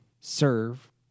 serve